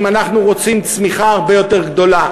אנחנו רוצים צמיחה הרבה יותר גדולה,